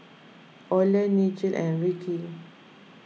Oland Nigel and Ricky